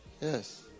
Yes